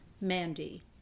Mandy